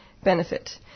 Benefit